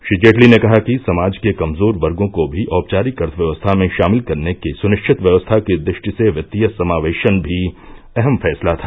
श्री जेटली ने कहा कि समाज के कमजोर वर्गो को भी औपचारिक अर्थव्यवस्था में शामिल करने की सुनिश्चित व्यवस्था की दृष्टि से वित्तीय समावेशन भी अहम फैसला था